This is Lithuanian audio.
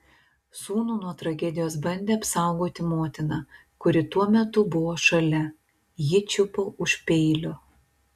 sūnų nuo tragedijos bandė apsaugoti motina kuri tuo metu buvo šalia ji čiupo už peilio